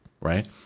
Right